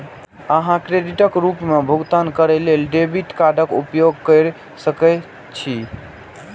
अहां क्रेडिटक रूप मे भुगतान करै लेल डेबिट कार्डक उपयोग कैर सकै छी